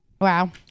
wow